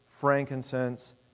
frankincense